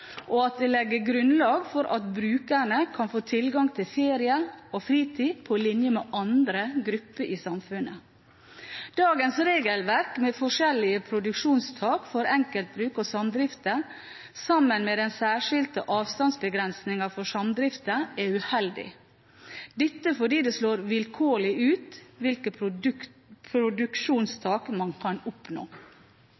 og at det legger grunnlag for at brukerne kan få tilgang til ferie og fritid på linje med andre grupper i samfunnet. Dagens regelverk med forskjellige produksjonstak for enkeltbruk og samdrifter, sammen med den særskilte avstandsbegrensningen for samdrifter, er uheldig – dette fordi det slår vilkårlig ut